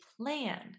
plan